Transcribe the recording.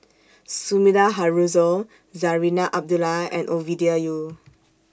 Sumida Haruzo Zarinah Abdullah and Ovidia Yu